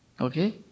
okay